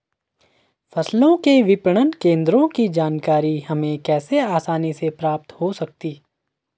फसलों के विपणन केंद्रों की जानकारी हमें कैसे आसानी से प्राप्त हो सकती?